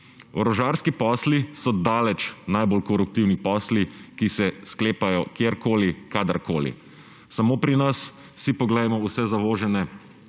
Orožarski posli so daleč najbolj koruptivni posli, ki se sklepajo kjerkoli, kadarkoli. Samo pri nas si poglejmo vse zavožene